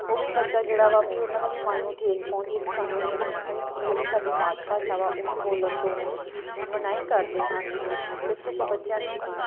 ਉਹ ਵੀ ਬੱਚਾ ਜਿਹੜਾ ਵਾ ਵੀ ਉਹਨਾਂ ਦਾ ਵੀ ਮਨ ਨੂੰ ਠੇਸ ਪਹੁੰਚਦੀ ਆ ਵੀ ਸਾਨੂੰ ਜਿਹੜੀ ਸਾਡੀ ਮਾਤ ਭਾਸ਼ਾ ਵਾ ਉਹਨੂੰ ਬੋਲਣ ਤੋਂ ਮਨਾਹੀ ਕਰਦੇ ਹਨ ਇਸ ਕਰਕੇ ਬੱਚਿਆਂ ਨੂੰ ਵੀ